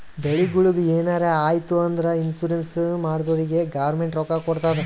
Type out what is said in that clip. ಬೆಳಿಗೊಳಿಗ್ ಎನಾರೇ ಆಯ್ತು ಅಂದುರ್ ಇನ್ಸೂರೆನ್ಸ್ ಮಾಡ್ದೊರಿಗ್ ಗೌರ್ಮೆಂಟ್ ರೊಕ್ಕಾ ಕೊಡ್ತುದ್